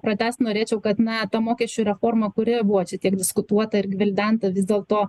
pratęst norėčiau kad na ta mokesčių reforma kuri buvo čia tiek diskutuota ir gvildenta vis dėlto